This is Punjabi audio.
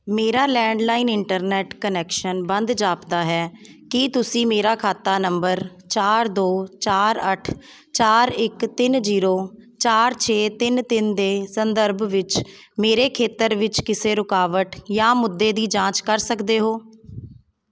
ਮੇਰਾ ਲੈਂਡਲਾਈਨ ਇੰਟਰਨੈੱਟ ਕੁਨੈਕਸ਼ਨ ਬੰਦ ਜਾਪਦਾ ਹੈ ਕੀ ਤੁਸੀਂ ਮੇਰਾ ਖਾਤਾ ਨੰਬਰ ਚਾਰ ਦੋ ਚਾਰ ਅੱਠ ਚਾਰ ਇੱਕ ਤਿੰਨ ਜ਼ੀਰੋ ਚਾਰ ਛੇ ਤਿੰਨ ਤਿੰਨ ਦੇ ਸੰਦਰਭ ਵਿੱਚ ਮੇਰੇ ਖੇਤਰ ਵਿੱਚ ਕਿਸੇ ਰੁਕਾਵਟ ਜਾਂ ਮੁੱਦੇ ਦੀ ਜਾਂਚ ਕਰ ਸਕਦੇ ਹੋ